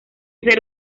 ser